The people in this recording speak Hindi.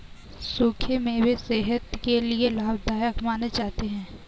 सुखे मेवे सेहत के लिये लाभदायक माने जाते है